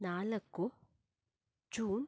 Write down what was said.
ನಾಲ್ಕು ಜೂನ್